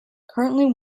currently